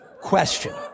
question